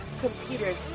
computers